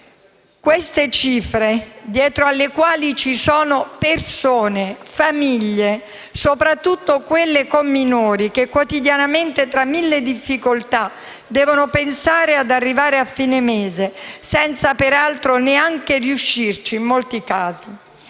queste cifre ci sono persone, famiglie, soprattutto quelle con minori, che quotidianamente, tra mille difficoltà, devono pensare ad arrivare a fine mese, senza peraltro neanche riuscirci in molti casi.